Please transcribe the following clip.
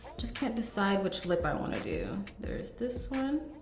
just can't decide which lip i wanna do. there's this one.